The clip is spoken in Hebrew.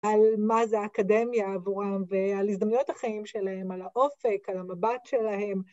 על מה זה האקדמיה עבורם ועל הזדמנויות החיים שלהם, על האופק, על המבט שלהם.